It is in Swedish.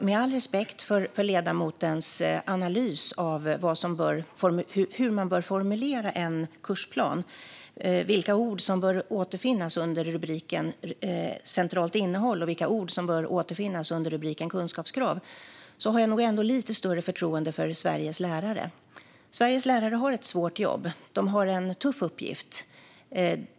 Med all respekt för ledamotens analys av hur man bör formulera en kursplan, vilka ord som bör återfinnas under rubriken Centralt innehåll och vilka ord som bör återfinnas under rubriken Kunskapskrav, har jag nog ändå lite större förtroende för Sveriges lärare. Sveriges lärare har ett svårt jobb. De har en tuff uppgift.